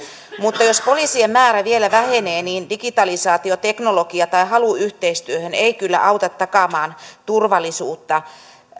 mutta jos poliisien määrä vielä vähenee niin digitalisaatioteknologia tai halu yhteistyöhön eivät kyllä auta takaamaan turvallisuutta